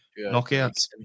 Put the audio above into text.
Knockouts